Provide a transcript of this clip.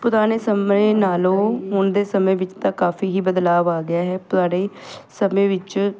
ਪੁਰਾਣੇ ਸਮੇਂ ਨਾਲੋਂ ਹੁਣ ਦੇ ਸਮੇਂ ਵਿੱਚ ਤਾਂ ਕਾਫੀ ਹੀ ਬਦਲਾਵ ਆ ਗਿਆ ਹੈ ਪੁਰਾਣੇ ਸਮੇਂ ਵਿੱਚ